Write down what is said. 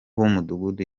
w’umudugudu